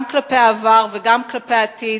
גם כלפי העבר וגם כלפי העתיד,